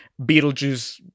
Beetlejuice